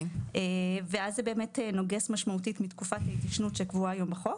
ואז זה באמת נוגס משמעותית מתקופת ההתיישנות שקבועה היום בחוק.